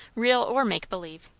real or make-believe,